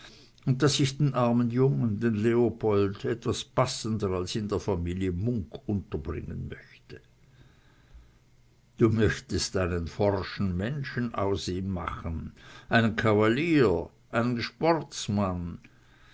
und daß ich den armen jungen den leopold etwas passender als in der familie munk unterbringen möchte du möchtest einen forschen menschen aus ihm machen einen kavalier einen sportsman